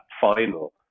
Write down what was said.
final